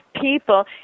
people